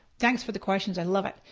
thanks for the questions, i love it.